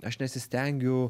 aš nesistengiu